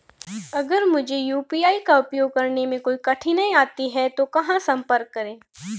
अगर मुझे यू.पी.आई का उपयोग करने में कोई कठिनाई आती है तो कहां संपर्क करें?